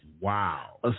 Wow